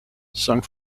song